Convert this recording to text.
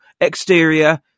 exterior